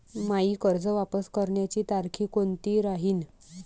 मायी कर्ज वापस करण्याची तारखी कोनती राहीन?